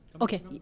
Okay